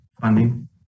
funding